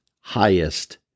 highest